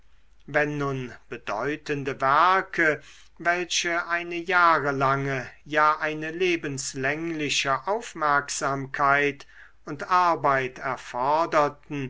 wenn nun bedeutende werke welche eine jahrelange ja eine lebenslängliche aufmerksamkeit und arbeit erforderten